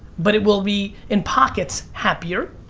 but it will be in pockets, happier,